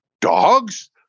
dogs